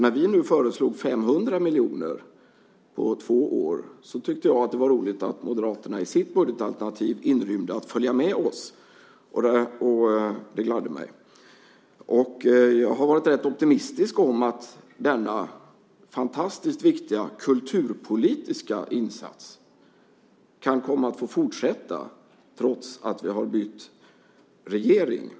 När vi föreslog 500 miljoner på två år tyckte jag att det var roligt att Moderaterna i sitt budgetalternativ inrymde att följa med oss. Det gladde mig. Jag har varit optimistisk om att denna fantastiskt viktiga kulturpolitiska insats kan komma att få fortsätta, trots att vi har bytt regering.